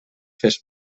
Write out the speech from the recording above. fes